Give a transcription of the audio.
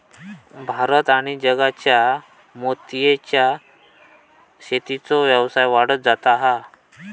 भारत आणि जगात मोतीयेच्या शेतीचो व्यवसाय वाढत जाता हा